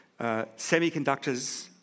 Semiconductors